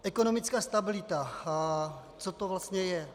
Ekonomická stabilita, co to vlastně je?